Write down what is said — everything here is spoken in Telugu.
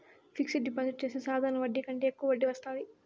ఫిక్సడ్ డిపాజిట్ చెత్తే సాధారణ వడ్డీ కంటే యెక్కువ వడ్డీ వత్తాది